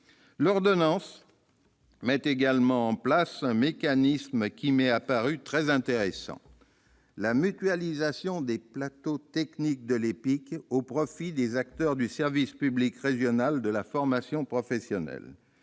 L'ordonnance met également en place un mécanisme qui m'est apparu très intéressant : la mutualisation des plateaux techniques de l'EPIC au profit des acteurs du service public régional de la formation professionnelle.